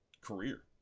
career